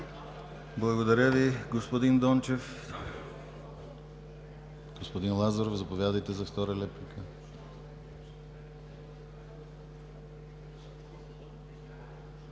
Благодаря Ви, господин Дончев. Господин Лазаров, заповядайте за втора реплика.